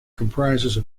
comprises